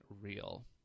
real